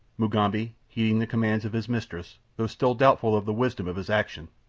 mugambi, heeding the commands of his mistress, though still doubtful of the wisdom of his action,